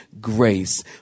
grace